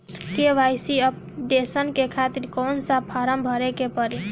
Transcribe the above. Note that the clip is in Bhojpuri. के.वाइ.सी अपडेशन के खातिर कौन सा फारम भरे के पड़ी?